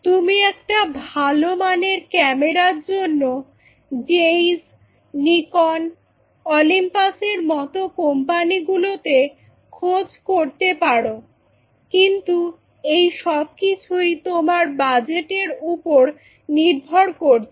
তুমি একটা ভালো মানের ক্যামেরার জন্য জেইস্ নিকন অলিম্পাসের মত কোম্পানিগুলোতে খোঁজ করতে পারো কিন্তু এই সবকিছুই তোমার বাজেটের উপর নির্ভর করছে